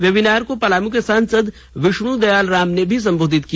webinar को पलामू के सांसद विष्णु दयाल राम ने भी संबोधित किया